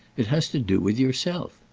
it has to do with yourself.